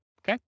Okay